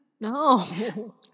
No